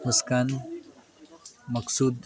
Muskan Maqsood